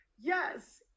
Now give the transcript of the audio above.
Yes